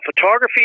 photography